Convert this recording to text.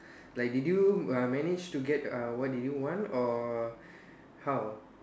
like did you err manage to get uh what did you want or how